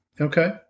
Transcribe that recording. Okay